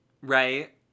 Right